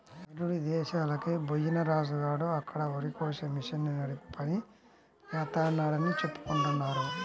నిరుడు ఇదేశాలకి బొయ్యిన రాజు గాడు అక్కడ వరికోసే మిషన్ని నడిపే పని జేత్తన్నాడని చెప్పుకుంటున్నారు